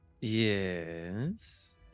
Yes